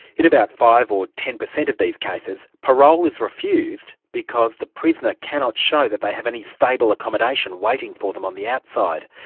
in about five or ten per cent of these cases, parole is refused because the prisoner cannot show that they have any stable accommodation waiting for them on the outside.